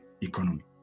economy